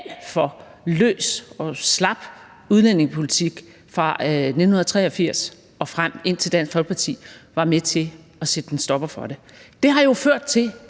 for løs og slap udlændingepolitik fra 1983 og frem, indtil Dansk Folkeparti var med til at sætte en stopper for det. Det har jo ført til,